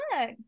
look